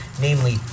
namely